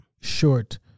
short